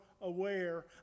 Aware